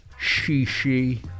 she-she